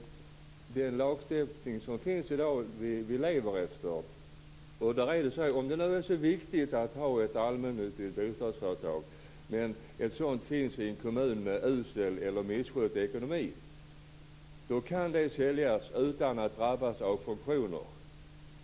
Den lagstiftning som finns i dag är den vi lever efter. Om det nu är så viktigt att ha ett allmännyttigt bostadsföretag och det finns ett sådant i en kommun med usel eller misskött ekonomi kan det säljas utan att man drabbas av sanktioner.